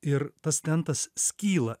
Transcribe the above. ir tas tentas skyla